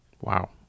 Wow